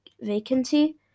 Vacancy